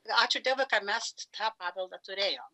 ačiū dievui kad mes tą paveldą turėjom